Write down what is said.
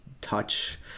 touch